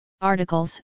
articles